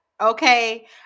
okay